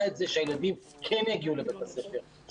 את זה שהילדים כן יגיעו לבית הספר,